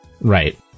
Right